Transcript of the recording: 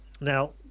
now